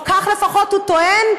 או כך לפחות הוא טוען,